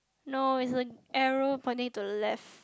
no it's an arrow pointing to the left